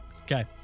Okay